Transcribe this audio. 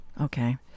okay